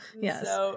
Yes